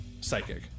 Psychic